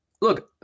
look